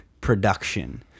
production